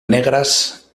negras